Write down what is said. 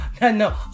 No